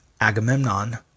Agamemnon